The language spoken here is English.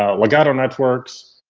ah ligado networks,